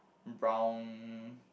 brown